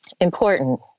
important